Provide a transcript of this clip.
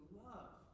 love